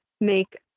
make